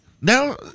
Now